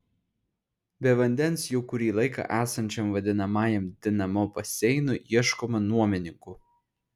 be vandens jau kurį laiką esančiam vadinamajam dinamo baseinui ieškoma nuomininkų